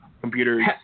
computers